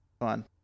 fun